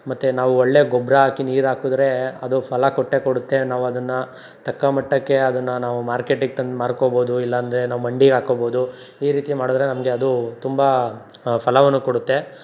ಮತ್ತು ನಾವು ಒಳ್ಳೆಯ ಗೊಬ್ಬರ ಹಾಕಿ ನೀರು ಹಾಕದ್ರೆ ಅದು ಫಲ ಕೊಟ್ಟೇ ಕೊಡುತ್ತೆ ನಾವದನ್ನು ತಕ್ಕ ಮಟ್ಟಕ್ಕೆ ಅದನ್ನು ನಾವು ಮಾರ್ಕೆಟಿಗೆ ತಂದು ಮಾರ್ಕೋಬೌದು ಇಲ್ಲಾಂದರೆ ನಾವು ಮಂಡಿಗೆ ಹಾಕೋಬೌದು ಈ ರೀತಿ ಮಾಡಿದರೆ ನಮಗೆ ಅದು ತುಂಬ ಫಲವನ್ನು ಕೊಡುತ್ತೆ